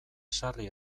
sarri